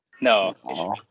no